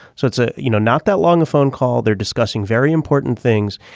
so it's ah you know not that long a phone call they're discussing very important things.